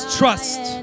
trust